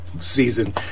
season